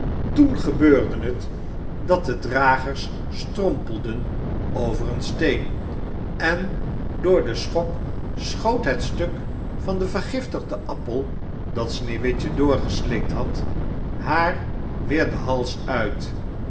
toen gebeurde het dat de dragers strompelden over een steen en door den schok schoot het stuk van den vergiftigden appel dat sneeuwwitje doorgeslikt had haar weêr den hals uit